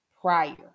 prior